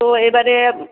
তো এবারে